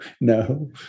no